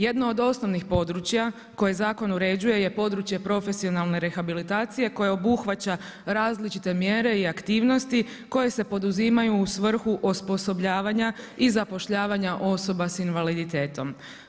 Jedno od osnovnih područja, koje zakon uređuje je područje profesionalne rehabilitacije, koje obuhvaća različite mjere i aktivnosti, koje se poduzimaju u svrhu osposobljavanja i zapošljavanja osoba s invaliditetom.